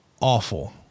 awful